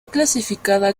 clasificada